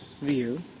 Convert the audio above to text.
view